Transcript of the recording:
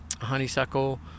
honeysuckle